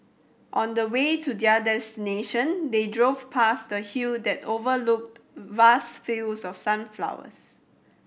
on the way to their destination they drove past a hill that overlooked vast fields of sunflowers